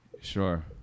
Sure